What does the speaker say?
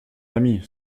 ami